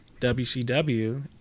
WCW